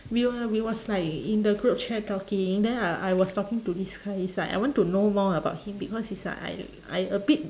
we were we was like in the group chat talking then I I was talking to this guy is like I want to know more about him because is like I I a bit